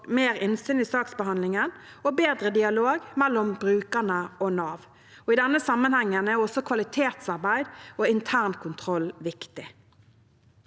mer innsyn i saksbehandlingen og bedre dialog mellom brukerne og Nav. I denne sammenhengen er også kvalitetsarbeid og internkontroll viktig.